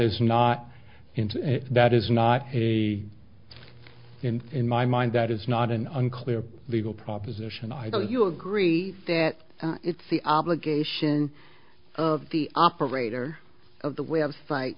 is not into that is not a in in my mind that is not an unclear legal proposition i don't you agree that it's the obligation of the operator of the website